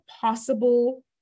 possible